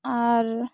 ᱟᱨ